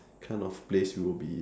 kind of place you would be